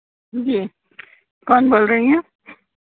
جی کون بول رہی ہیں